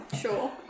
Sure